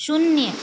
शून्य